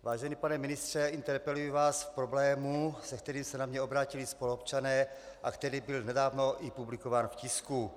Vážený pane ministře, interpeluji vás v problému, se kterým se na mě obrátili spoluobčané a který byl nedávno i publikován v tisku.